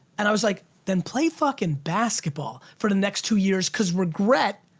and i was like then play fucking basketball for the next two years cause regret,